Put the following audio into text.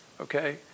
Okay